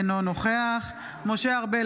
אינו נוכח משה ארבל,